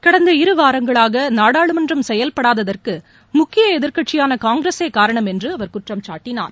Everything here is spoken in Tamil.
கடந்த இரு வாரங்களாக நாடாளுமன்றம் செயல்படாததற்கு முக்கிய எதிர்கட்சியான காங்கிரஸே காரணம் என்று அவர் குற்றம்சாட்டினார்